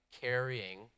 carrying